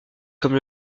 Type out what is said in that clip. comme